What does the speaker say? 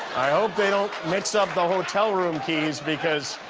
i hope they don't mix up the hotel room keys, because